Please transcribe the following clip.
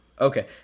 Okay